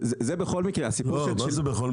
זה בכל מקרה, הסיפור -- לא מה זה בכל מקרה?